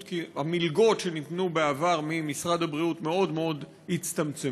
כי המלגות שניתנו בעבר ממשרד הבריאות מאוד הצטמצמו,